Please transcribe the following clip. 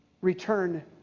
Return